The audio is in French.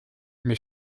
mes